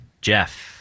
Jeff